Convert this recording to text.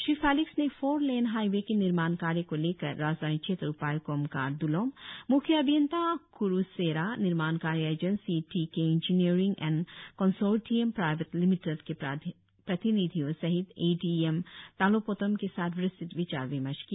Shri Felix ने four lane highway के निर्माण कार्य को लेकर राजधानी क्षेत्र उपाय्क्त कोमकार द्लोम म्ख्य अभियंता क्रु सेरा निर्माण कार्य agency T K engineering and consortium private limited के प्रतिनिधियों सहित A D M Talo Potom के साथ विस्तृत विचार विमर्श किया